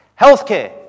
Healthcare